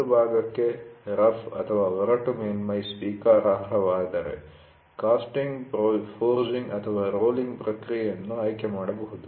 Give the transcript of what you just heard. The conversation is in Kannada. ಒಂದು ಭಾಗಕ್ಕೆ ರಫ್ಒರಟು ಮೇಲ್ಮೈ ಸ್ವೀಕಾರಾರ್ಹವಾದರೆ ಕಾಸ್ಟಿಂಗ್ ಪೋಜಿ೯ಂಗ್ ಅಥವಾ ರೋಲಿಂಗ್ ಪ್ರಕ್ರಿಯೆ ಅನ್ನು ಆಯ್ಕೆ ಮಾಡಬಹುದು